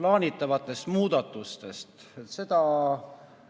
plaanitavatest muudatustest,